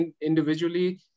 individually